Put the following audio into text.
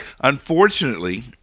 Unfortunately